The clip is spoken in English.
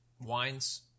wines